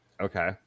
Okay